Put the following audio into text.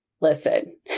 listen